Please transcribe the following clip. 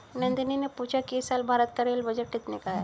नंदनी ने पूछा कि इस साल भारत का रेल बजट कितने का है?